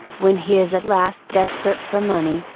when he is at last desperate for money,